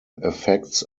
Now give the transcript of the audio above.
effects